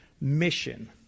Mission